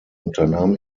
unternahm